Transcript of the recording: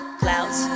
clouds